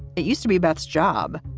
it used to be beth's job.